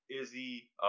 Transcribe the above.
Izzy